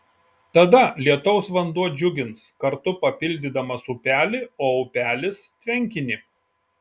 tada lietaus vanduo džiugins kartu papildydamas upelį o upelis tvenkinį